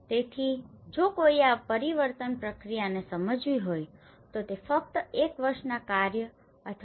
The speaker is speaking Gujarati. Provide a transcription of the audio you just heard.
તેથી જો કોઈએ આ પરિવર્તન પ્રક્રિયાને સમજવી હોય તો તે ફક્ત એક વર્ષના કાર્ય અથવા બે વર્ષના કાર્યથી આપણે સમજી શકીએ નહીં